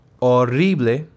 Horrible